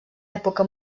època